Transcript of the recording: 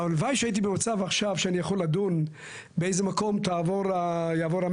הלוואי שהייתי במצב עכשיו שאני יכול לדון באיזה מקום יעבור המטרו,